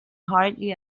hardly